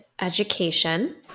education